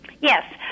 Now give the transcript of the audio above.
Yes